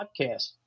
podcast